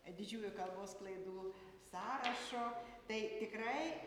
didžiųjų kalbos klaidų sąrašo tai tikrai